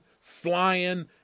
flying